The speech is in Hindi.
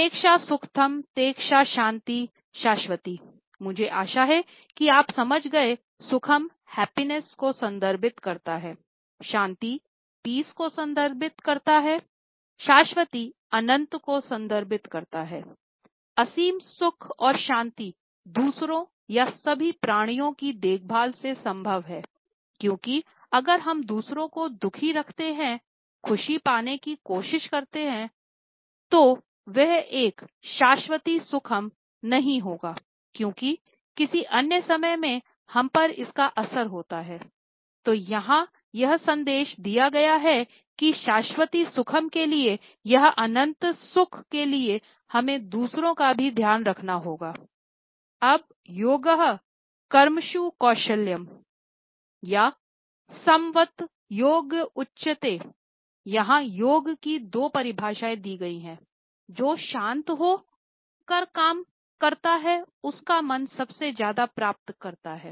तेषां सुखम तेषां शांति शास्वती यहाँ योग की दो परिभाषाएं दी गई हैं जो शांत हो कर काम करता है उसका मन सबसे ज्यादा प्राप्त करता है